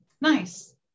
Nice